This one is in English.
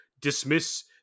dismiss